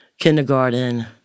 Kindergarten